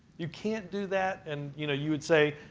you can't do that and, you know, you would say,